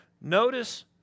Notice